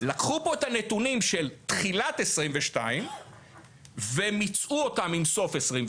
לקחו את הנתונים של תחילת 22 ומיצעו אותם עם סוף 22,